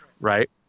Right